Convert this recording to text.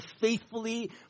faithfully